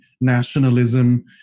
nationalism